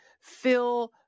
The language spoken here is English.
fill